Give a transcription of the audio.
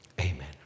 amen